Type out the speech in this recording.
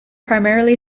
primarily